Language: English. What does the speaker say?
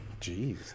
jeez